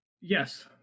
yes